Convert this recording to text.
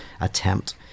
attempt